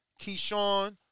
Keyshawn